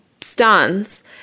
stance